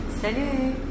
Salut